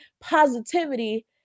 positivity